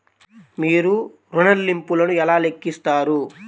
మీరు ఋణ ల్లింపులను ఎలా లెక్కిస్తారు?